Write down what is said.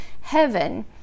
heaven